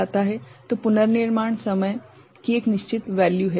तो पुनर्निर्माण समय की एक निश्चित वैल्यू है